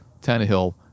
Tannehill